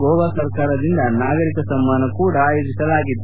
ಗೋವಾ ಸರ್ಕಾರದಿಂದ ನಾಗರಿಕ ಸಮ್ಮಾನ ಕೂಡ ಆಯೋಜಿಸಲಾಗಿತ್ತು